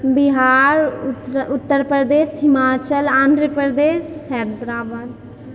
Bihar Uttar Pradesh Himachal Andhra Pradesh Hyderabad